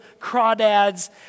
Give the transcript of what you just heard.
crawdads